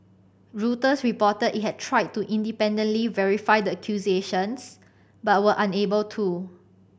Reuters reported it had tried to independently verify the accusations but were unable to